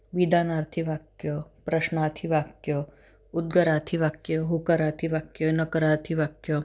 विधानार्थी वाक्य प्रश्नार्थी वाक्य उद्गारार्थी वाक्य होकारार्थी वाक्य नकारार्थी वाक्य